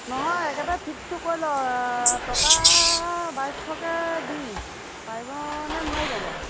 নহয় একেবাৰে ফিক্সটো কৈ লওঁ টকা বাইছশকৈ দিম পাৰিবনে নোৱাৰিব বাৰু